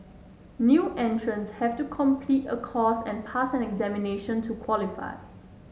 new entrants have to complete a course and pass an examination to qualify